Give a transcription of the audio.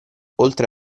oltre